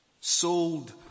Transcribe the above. sold